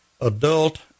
adult